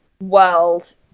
world